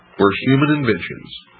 were human inventions,